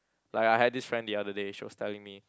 like I had this friend the other day she was telling me